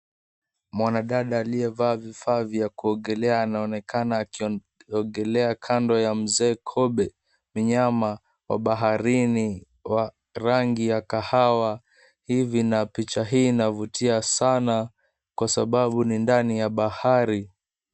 Mwanadada aliyevalia vifaa vya kuogelea anaonekana akiogelea kando ya mzee kobe mnyama wa bahrini wa rangi ya kahawa na picha hii inavutia kwa sababu ni ndani ya bahari.